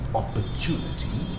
opportunity